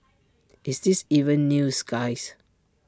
is this even news guys